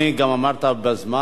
גם עמדת בזמן,